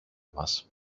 μας